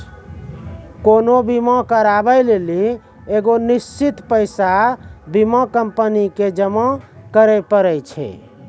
कोनो बीमा कराबै लेली एगो निश्चित पैसा बीमा कंपनी के जमा करै पड़ै छै